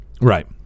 right